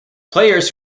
players